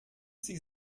sie